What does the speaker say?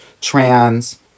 trans